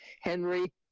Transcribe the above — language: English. Henry